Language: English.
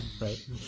right